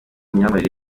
myambarire